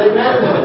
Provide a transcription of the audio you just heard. Amen